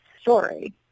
story